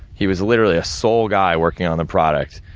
he was literally a sole guy, working on the product.